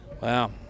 wow